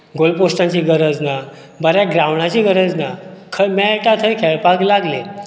गोल पोस्टाची गरज ना बऱ्या ग्रांवडाची गरज ना खंय मेळटा थंय खेळपाक लागले